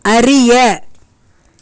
அறிய